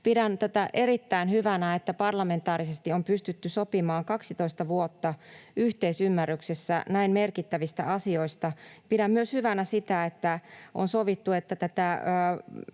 Pidän erittäin hyvänä, että parlamentaarisesti on pystytty sopimaan 12 vuotta yhteisymmärryksessä näin merkittävistä asioista. Pidän myös hyvänä sitä, että on sovittu, että tätä